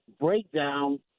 breakdown